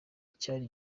cyari